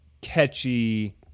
catchy